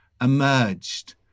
emerged